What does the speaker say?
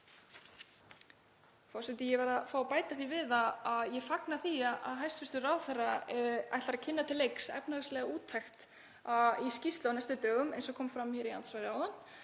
Forseti. Ég verð að fá að bæta því við að ég fagna því að hæstv. ráðherra ætli að kynna til leiks efnahagslega úttekt í skýrslu á næstu dögum, eins og kom fram í andsvari áðan,